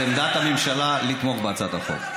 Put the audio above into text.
אז עמדת הממשלה היא לתמוך בהצעת החוק.